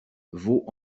vaux